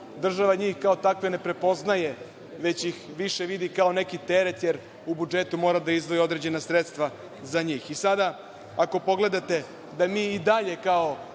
država njih kao takve ne prepoznaje, već ih vidi više kao neki teret, jer u budžetu mora da izdvoji određena sredstva za njih. Sada, ako pogledate, mi i dalje kao